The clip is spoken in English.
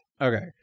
Okay